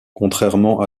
contrairement